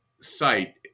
site